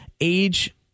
age